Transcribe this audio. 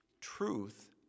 Truth